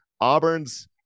Auburn's